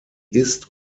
ist